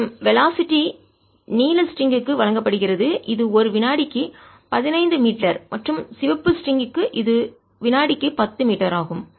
மேலும் வெலாசிட்டி திசைவேகங்கள் நீல ஸ்ட்ரிங் லேசான கயிறு க்கு வழங்கப்படுகிறது இது ஒரு வினாடிக்கு 15 மீட்டர் மற்றும் சிவப்பு ஸ்ட்ரிங் லேசான கயிறு க்கு இது வினாடிக்கு 10 மீட்டர் ஆகும்